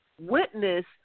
witness